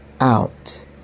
out